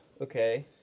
Okay